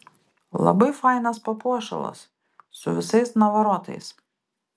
labai fainas papuošalas su visais navarotais